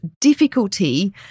difficulty